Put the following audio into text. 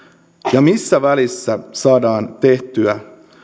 ja missä välissä saadaan tehtyä